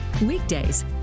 weekdays